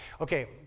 Okay